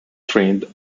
trained